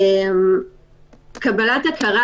קבלת הכרה